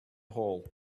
hall